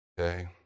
Okay